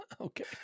Okay